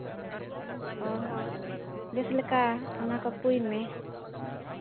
ᱚᱸᱻ ᱦᱚᱸ ᱵᱮᱥ ᱞᱮᱠᱟ ᱚᱱᱟ ᱠᱚ ᱯᱩᱭ ᱢᱮ